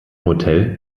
hotel